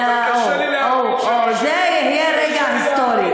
אוה, אוה, זה יהיה רגע היסטורי.